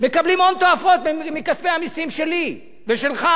מקבלים הון תועפות מכספי המסים שלי ושלך,